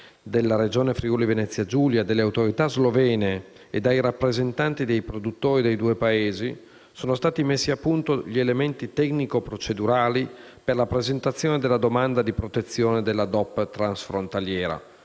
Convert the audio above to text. della Regione Friuli-Venezia Giulia, delle autorità slovene e dai rappresentanti dei produttori dei due Paesi, sono stati messi a punto gli elementi tecnico-procedurali per la presentazione della domanda di protezione della DOP transfrontaliera.